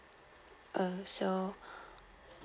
uh so